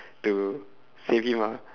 to save him ah